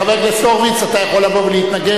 חבר הכנסת הורוביץ, אתה יכול לבוא ולהתנגד.